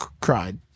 cried